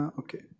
okay